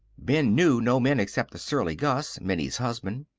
ben knew no men except the surly gus, minnie's husband.